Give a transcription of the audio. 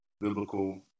biblical